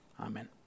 Amen